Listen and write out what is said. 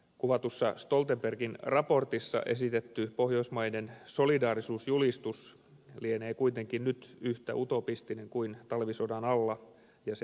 kuvatussa stoltenbergin raportissa esitetty pohjoismainen solidaarisuusjulistus lienee kuitenkin nyt yhtä utopistinen kuin talvisodan alla ja sen aikana